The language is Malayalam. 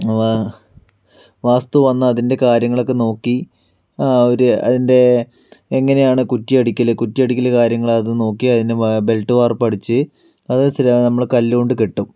വാ വാസ്തു വന്ന അതിൻറെ കാര്യങ്ങളൊക്കെ നോക്കി അവര് അതിന്റെ എങ്ങനെയാണ് കുറ്റിയടിക്കൽ കുറ്റിയടിക്കൽ കാര്യങ്ങൾ അത് നോക്കി അതിനെ ബെൽറ്റ് വാർപ്പ് അടിച്ചു നമ്മുടെ കല്ലുകൊണ്ട് കെട്ടും